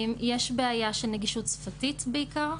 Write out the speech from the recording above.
יש בעיה של נגישות שפתית בעיקר,